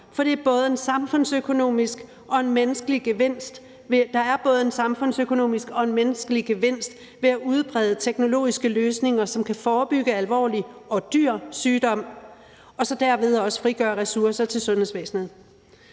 for der er både en samfundsøkonomisk og en menneskelig gevinst ved at udbrede teknologiske løsninger, som kan forebygge alvorlig og dyr sygdom og derved også frigøre ressourcer til sundhedsvæsenet.